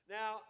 Now